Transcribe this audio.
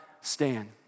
stand